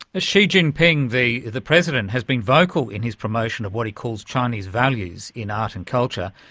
xi jinping, the the president, has been vocal in his promotion of what he calls chinese values in art and culture,